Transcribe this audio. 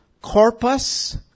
Corpus